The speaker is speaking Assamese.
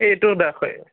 এইটো দাখে